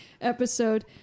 episode